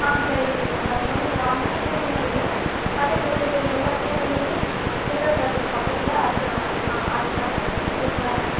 ஆ கிடைக்கும் கிடைக்கும் பத்து மணிக்கு வாங்க பூந்தமல்லியில் கடை எங்கே இருக்குதுன்னு தெரியுமில்ல பூந்தமல்லி சுந்தர் தேட்டருக்கு பக்கத்தில் அர்ச்சனா ஆ அர்ச்சனா பேக்கரி ஓகேங்களா